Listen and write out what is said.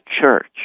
church